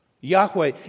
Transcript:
Yahweh